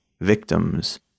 victims